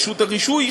רשות הרישוי,